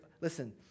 Listen